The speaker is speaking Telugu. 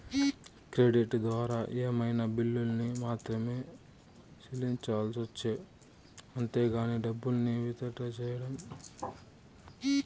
క్రెడిట్ ద్వారా ఏమైనా బిల్లుల్ని మాత్రమే సెల్లించొచ్చు అంతేగానీ డబ్బుల్ని విత్ డ్రా సెయ్యలేం